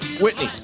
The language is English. Whitney